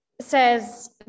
says